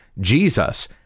Jesus